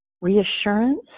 reassurance